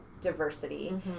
diversity